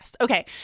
Okay